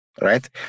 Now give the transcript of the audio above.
right